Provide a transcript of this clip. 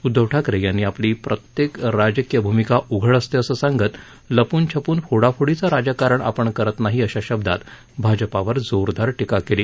उद्धव ठाकरे यांनी आपली प्रत्येक राजकीय भूमिका उघड असते असं सांगत लपूनछपून फोडाफोडीचं राजकारण आपण करत नाही अशा शब्दात भाजपावर जोरदार टीका केली